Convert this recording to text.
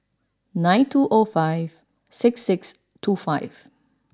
nine two O five six six two five